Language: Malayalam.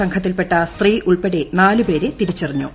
സംഘത്തിൽപ്പെട്ട സ്ത്രീ ഉൾപ്പെടെ നാലുപേരെ തിരിച്ചുറിഞ്ഞു